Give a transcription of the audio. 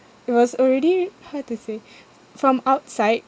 it was already how to say from outside